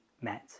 met